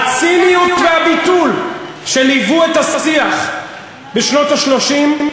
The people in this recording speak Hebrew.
הציניות והביטול שליוו את השיח בשנות ה-30,